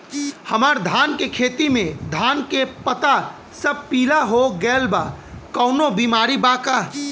हमर धान के खेती में धान के पता सब पीला हो गेल बा कवनों बिमारी बा का?